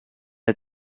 had